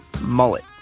mullet